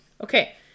Okay